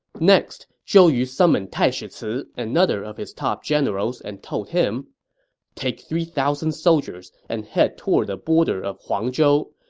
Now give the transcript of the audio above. next, zhou yu summoned taishi ci, another of his top generals, and told him take three thousand soldiers and head toward the border of huangzhou.